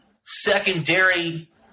secondary